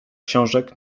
książek